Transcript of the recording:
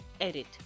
Edit